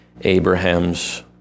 Abraham's